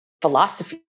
philosophy